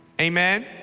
Amen